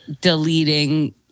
deleting